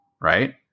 right